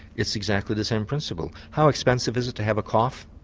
it's exactly the same principle. how expensive is it to have a cough,